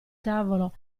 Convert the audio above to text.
tavolo